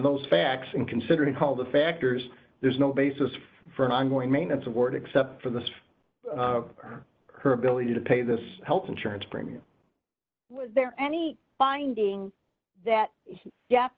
those facts and considering all the factors there's no basis for an ongoing maintenance of word except for the swf or her ability to pay this health insurance premium was there any binding that y